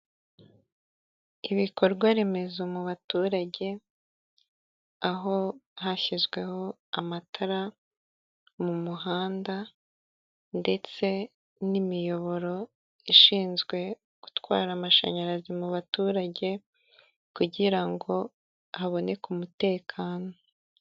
Ibikorwaremezo mu baturage aho hashyizweho amatara mu muhanda ndetse n'imiyoboro ishinzwe gutwara amashanyarazi mu baturage kugira ngo haboneke umutekano.